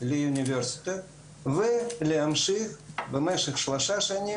וגם במסמך שאתם ניסחתם,